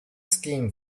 scheme